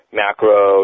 macro